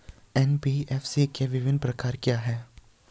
NBFC के विभिन्न प्रकार क्या हैं?